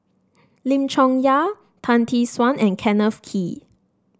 Lim Chong Yah Tan Tee Suan and Kenneth Kee